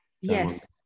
Yes